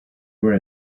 were